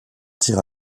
tire